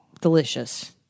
Delicious